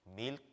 Milk